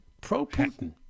Pro-Putin